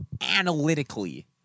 analytically